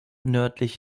nördlich